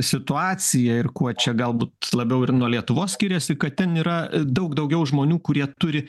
situaciją ir kuo čia galbūt labiau ir nuo lietuvos skiriasi kad ten yra daug daugiau žmonių kurie turi